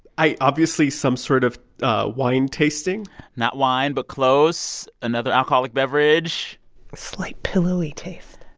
i obviously, some sort of ah wine tasting not wine but close. another alcoholic beverage slight pillowy taste